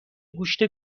گوشت